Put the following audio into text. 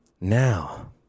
Now